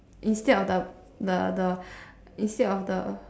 instead of the the the instead of the